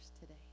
today